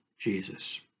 jesus